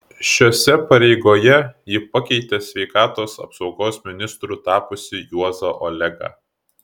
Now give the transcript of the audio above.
šiose pareigoje ji pakeitė sveikatos apsaugos ministru tapusį juozą oleką